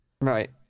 Right